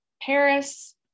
Paris